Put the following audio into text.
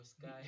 sky